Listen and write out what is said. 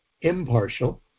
impartial